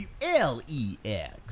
WLEX